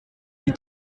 die